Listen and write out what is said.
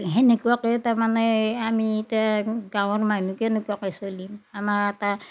সেনেকুৱাকে তাৰমানে আমি ইতা গাঁৱৰ মানহু কেনেকুৱাকে চলিম আমাৰ এটা